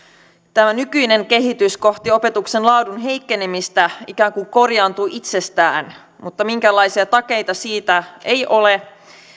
tämä nykyinen kehitys kohti opetuksen laadun heikkenemistä ikään kuin korjaantuu itsestään mutta minkäänlaisia takeita siitä ei ole